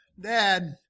dad